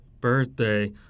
birthday